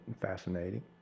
fascinating